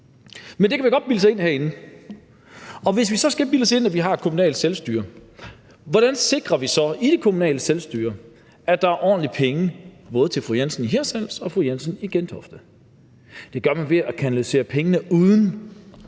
Men det kan man godt bilde sig ind herinde. Og hvis vi så skal bilde os ind, at vi har kommunalt selvstyre, hvordan sikrer vi så i det kommunale selvstyre, at der er ordentlig med penge til både fru Jensen i Hirtshals og til fru Jensen i Gentofte? Det gør man ved at kanalisere pengene uden